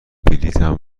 بلیطم